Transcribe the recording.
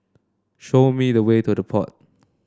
show me the way to The Pod